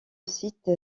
site